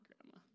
grandma